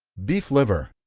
beef liver.